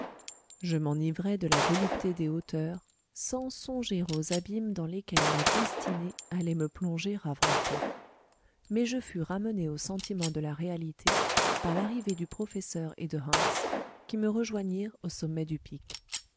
je m'enivrais de la volupté des hauteurs sans songer aux abîmes dans lesquels ma destinée allait me plonger avant peu mais je fus ramené au sentiment de la réalité par l'arrivée du professeur et de hans qui me rejoignirent au sommet du pic